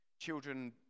Children